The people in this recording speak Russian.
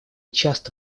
часто